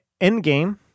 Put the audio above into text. Endgame